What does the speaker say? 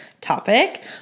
topic